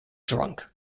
drunk